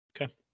Okay